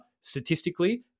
statistically